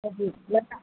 हजुर